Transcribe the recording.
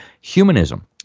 humanism